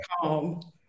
Calm